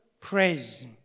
praise